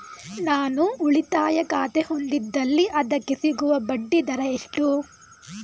ನಾನು ಉಳಿತಾಯ ಖಾತೆ ಹೊಂದಿದ್ದಲ್ಲಿ ಅದಕ್ಕೆ ಸಿಗುವ ಬಡ್ಡಿ ದರ ಎಷ್ಟು?